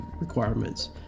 requirements